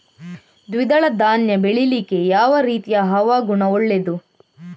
ದ್ವಿದಳ ಧಾನ್ಯ ಬೆಳೀಲಿಕ್ಕೆ ಯಾವ ರೀತಿಯ ಹವಾಗುಣ ಒಳ್ಳೆದು?